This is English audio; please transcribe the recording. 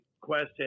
question